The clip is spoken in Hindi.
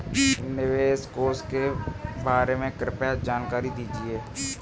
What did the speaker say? निवेश कोष के बारे में कृपया जानकारी दीजिए